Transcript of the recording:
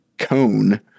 Cone